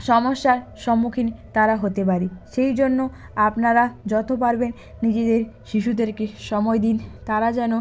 সমস্যার সম্মুখীন তারা হতে পারে সেই জন্য আপনারা যতো পারবেন নিজেদের শিশুদেরকে সময় দিন তারা যেন